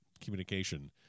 communication